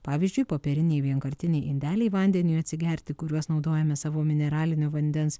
pavyzdžiui popieriniai vienkartiniai indeliai vandeniui atsigerti kuriuos naudojame savo mineralinio vandens